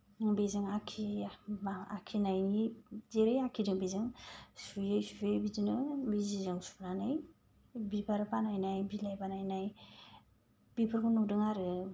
बेजों आखि मा आखिनायनि जेरै आखिदों बेजों सुयै सुयै बिदिनो बिजिजों सुनानै बिबार बानायनाय बिलाइ बानायनाय बेफोरखौ नुदों आरो